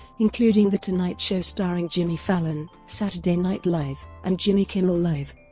including the tonight show starring jimmy fallon, saturday night live, and jimmy kimmel live.